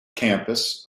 campus